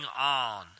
on